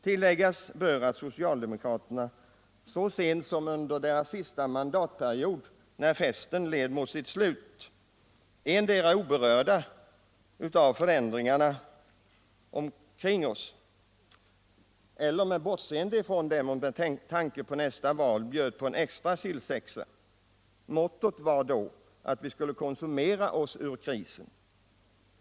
Tilläggas bör att socialdemokraterna så sent som under sin sista mandatperiod i regeringsställning, när festen led mot sitt slut, endera oberörda av förändringarna omkring eller bortseende från dem med tanke på det förestående valet bjöd på en extra sillsexa. Mottot var då att viskulle konsumera oss ur krisen.